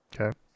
Okay